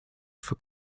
for